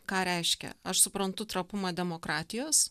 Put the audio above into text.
ką reiškia aš suprantu trapumą demokratijos